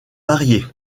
variées